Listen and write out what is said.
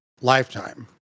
lifetime